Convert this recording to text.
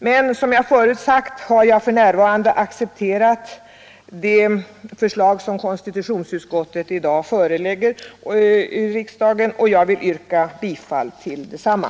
Men som jag förut sagt accepterar jag för närvarande det förslag som konstitutionsutskottet i dag förelägger riksdagen och jag yrkar alltså bifall till detsamma.